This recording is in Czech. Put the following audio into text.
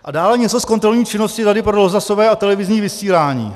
A dále něco z kontrolní činnosti Rady pro rozhlasové a televizní vysílání.